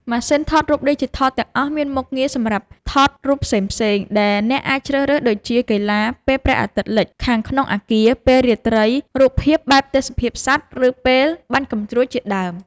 ម៉ាស៊ីនថតរូបឌីជីថលទាំងអស់មានមុខងារសម្រាប់ថតរូបផ្សេងៗ ដែលអ្នកអាចជ្រើស រើសដូចជា កីឡា ពេលព្រះអាទិត្យលិច ខាងក្នុងអគារ ពេលរាត្រី រូបភាពបែបទេសភាព សត្វ ឬពេលបាញ់កាំជ្រួចជាដើម។